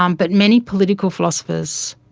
um but many political philosophers,